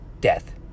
death